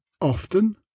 Often